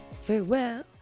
Farewell